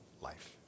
life